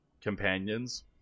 companions